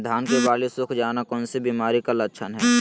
धान की बाली सुख जाना कौन सी बीमारी का लक्षण है?